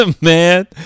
Man